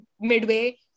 midway